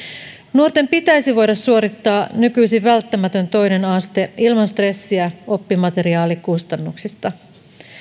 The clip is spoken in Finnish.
nuorten pitäisi voida suorittaa nykyisin välttämätön toinen aste ilman stressiä oppimateriaalikustannuksista